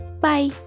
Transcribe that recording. Bye